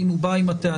אם הוא בא עם הטענה.